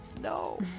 No